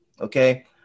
okay